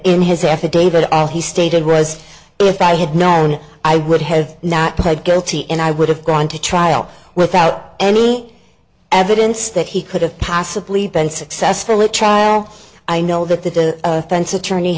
in his affidavit he stated rez if i had known i would have not played guilty and i would have gone to trial without any evidence that he could have possibly been successful i know that the offense attorney